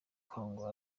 kwanga